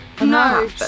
no